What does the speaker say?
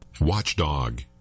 Watchdog